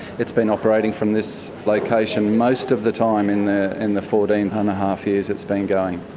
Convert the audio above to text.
it's been operating from this location most of the time in the and the fourteen and half years it's been going.